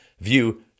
view